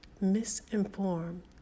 misinformed